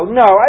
no